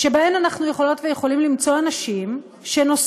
שבהן אנחנו יכולות ויכולים למצוא אנשים שנוסעות